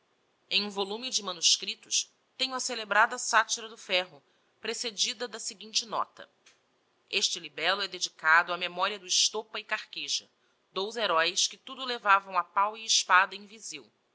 um volume de manuscriptos tenho a celebrada satyra do ferro precedida da seguinte nota este libello é dedicado á memoria do estopa e carqueja dous heroes que tudo levavam a pau e espada em vizeu